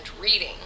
reading